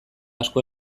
asko